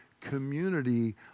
community